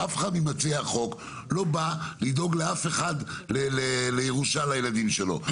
אף אחד ממציעי החוק לא בא לדאוג לאף אחד לירושה לילדים שלו,